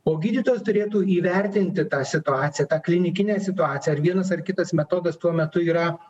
o gydytojas turėtų įvertinti tą situaciją tą klinikinę situaciją ar vienas ar kitas metodas tuo metu yra